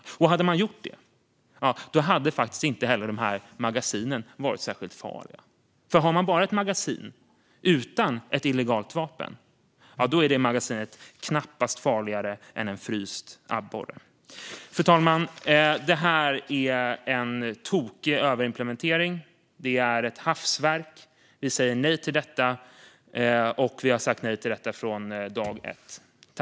Hade man gjort det hade de här magasinen inte varit särskilt farliga, för ett magasin utan ett illegalt vapen är knappast farligare än en fryst abborre. Fru talman! Det här är en tokig överimplementering. Det är ett hafsverk. Vi säger nej till detta, och vi har sagt nej till detta från dag ett.